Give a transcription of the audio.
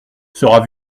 sera